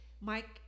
Mike